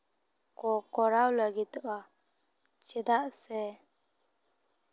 ᱠᱚ ᱠᱚᱨᱟᱣ ᱞᱟᱹᱜᱤᱫᱚᱜᱼᱟ ᱪᱮᱫᱟᱜ ᱥᱮ